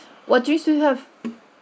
what do you still have